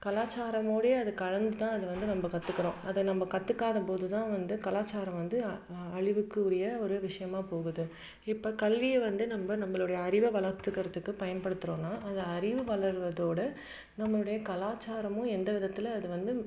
கலாச்சாரமோடையே அது கலந்து தான் அது வந்து நம்ம கற்றுக்குறோம் அதை நம்ம கற்றுக்காதம் போது தான் வந்து கலாச்சாரம் வந்து அழிவுக்கு உரிய ஒரு விஷயமாக போகுது இப்போ கல்வியை வந்து நம்ம நம்மளுடைய அறிவை வளர்த்துக்கறத்துக்கு பயன்படுத்துறோன்னா அந்த அறிவு வளர்வதோடு நம்மளுடைய கலாச்சாரமும் எந்த விதத்தில் அது வந்து